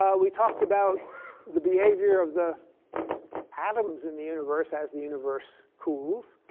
um we talked about the behavior of the atoms in the universe as the universe cools.